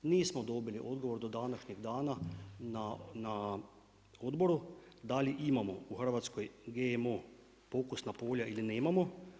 Nismo dobili odgovor do današnjeg dana na odboru da li imamo u Hrvatskoj GMO pokusna polja ili nemamo.